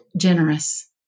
generous